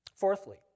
Fourthly